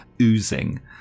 oozing